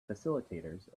facilitators